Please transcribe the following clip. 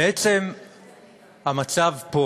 ועצם המצב פה